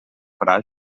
fra